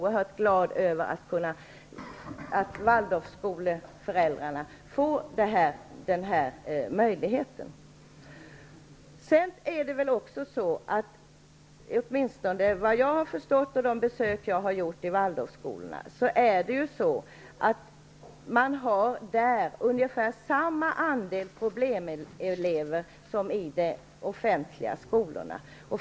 Jag är glad över att de föräldrar som vill ha sina barn i Waldorfskolor får den möjligheten. Efter vad jag har förstått av de besök jag har gjort i Waldorfskolor, finns där ungefär samma andel problemelever som i de offentliga skolorna.